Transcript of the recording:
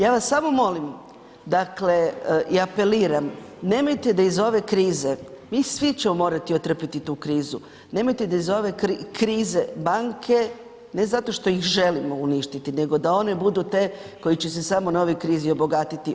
Ja vas samo molim i apeliram, nemojte da iz ove krize mi svi ćemo morati otrpiti ovu krizu, nemojte da iz ove krize banke ne zato što ih želimo uništiti nego da one budu te koje će se samo na ovoj krizi obogatiti.